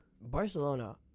Barcelona